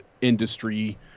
industry